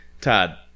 Todd